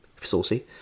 saucy